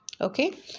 okay